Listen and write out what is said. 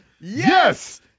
Yes